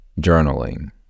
journaling